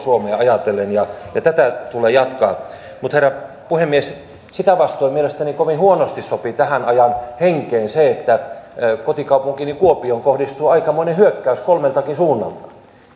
suomea ja tätä tulee jatkaa herra puhemies sitä vastoin mielestäni kovin huonosti sopii tähän ajan henkeen se että kotikaupunkiini kuopioon kohdistuu aikamoinen hyökkäys kolmeltakin suunnalta